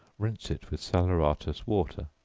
rinse it with salaeratus water.